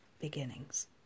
Beginnings